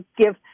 give